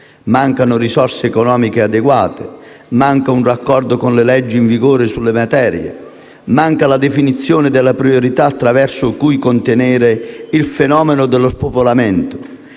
Mancano risorse economiche adeguate, un raccordo con le leggi in vigore sulla materia, la definizione delle priorità attraverso cui contenere il fenomeno dello spopolamento